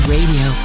Radio